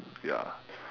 ya